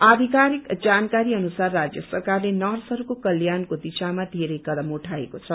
आयिकारिक जानकारी अनुसार राज्य सरकारले नर्सहस्को कल्याणको दिशामा येरै कदम उठाएको छ